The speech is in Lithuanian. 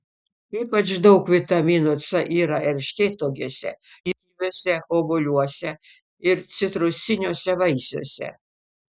ypač daug vitamino c yra erškėtuogėse kiviuose obuoliuose ir citrusiniuose vaisiuose